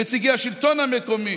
נציגי השלטון המקומי,